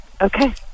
Okay